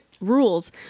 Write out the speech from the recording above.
rules